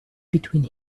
between